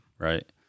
Right